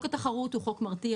חוק התחרות הוא חוק מרתיע,